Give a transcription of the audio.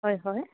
হয় হয়